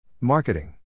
Marketing